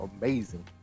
amazing